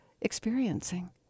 experiencing